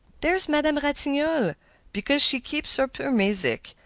there's madame ratignolle because she keeps up her music,